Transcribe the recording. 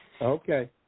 Okay